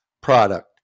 product